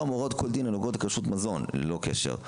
מהוראות כל דין הנוגעות לכשרות מזון ללא קשר.